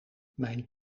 mijn